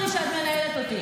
חברת הכנסת שלי טל מירון,